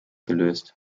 gelöst